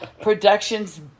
Production's